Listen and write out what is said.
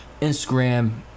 Instagram